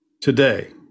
today